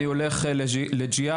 אני הולך לגי'האד.